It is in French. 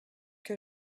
que